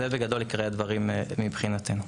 אלה עיקרי הדברים מבחינתנו.